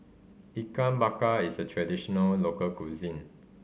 Ikan Bakar is a traditional local cuisine